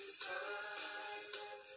silent